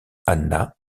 anna